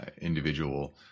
individual